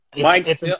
Mike